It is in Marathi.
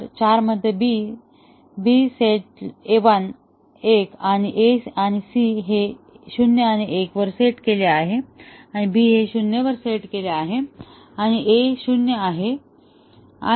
तर 4 मध्ये B सेट 1 आणि A आणि C हे 0 1 वर सेट केले आहे आणि B हे 0 वर सेट केले आहे आणि हे 0 आहे